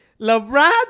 LeBron